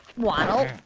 waddle,